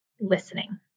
listening